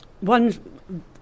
one